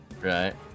Right